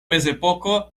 mezepoko